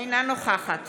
אינה נוכחת